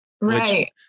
Right